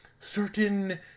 certain